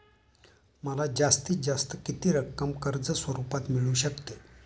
मला जास्तीत जास्त किती रक्कम कर्ज स्वरूपात मिळू शकते?